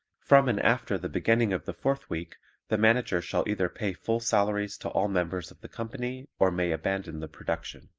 from and after the beginning of the fourth week the manager shall either pay full salaries to all members of the company or may abandon the production.